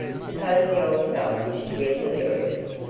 suppose the old fellow should get hilarious,